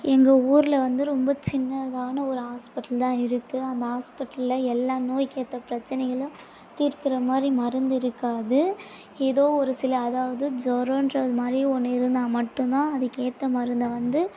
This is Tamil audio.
எங்கள் ஊரில் வந்து ரொம்ப சின்னதாக ஒரு ஹாஸ்பிட்டல் தான் இருக்குது அந்த ஹாஸ்பிட்டலில் எல்லா நோய்க்கேற்ற பிரச்சினைகளும் தீர்க்கிற மாதிரி மருந்திருக்காது ஏதோ ஒரு சில அதாவது ஜோரோங்றது மாதிரி ஒன்று இருந்தால் மட்டும் தான் அதுக்கேற்ற மருந்தை வந்து